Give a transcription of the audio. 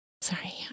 sorry